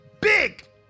Big